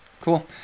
cool